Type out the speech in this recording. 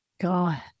God